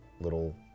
little